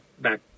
back